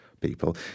people